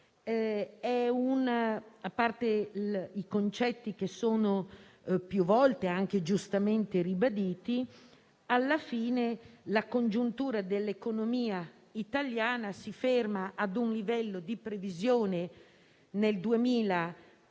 a parte i concetti più volte giustamente ribaditi - la congiuntura dell'economia italiana si fermi a un livello di previsione nel 2022,